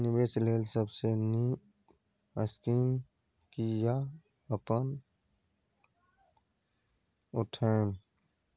निवेश लेल सबसे नींक स्कीम की या अपन उठैम?